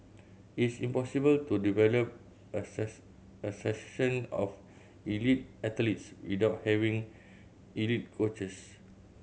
it's impossible to develop a of elite athletes without having elite coaches